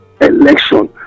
Election